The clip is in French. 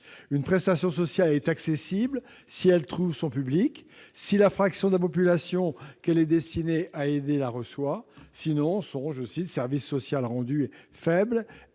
Une prestation sociale est accessible, si elle trouve son public et si la fraction de la population qu'elle est destinée à aider la reçoit. Sinon, son service social rendu est faible,